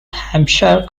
hampshire